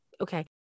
Okay